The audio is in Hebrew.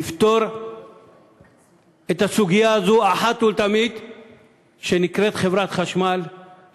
לפתור את הסוגיה הזאת שנקראת חברת חשמל אחת ולתמיד,